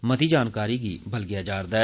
मती जानकारी गी बलेया जा रदा ऐ